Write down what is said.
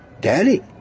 Daddy